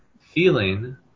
feeling